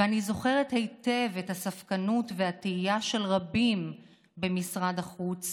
ואני זוכרת היטב את הספקנות והתהייה של רבים במשרד החוץ